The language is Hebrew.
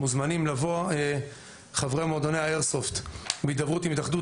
ומוזמנים לבוא חברי מועדוני האיירסופט בהתדברות עם התאחדות